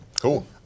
Cool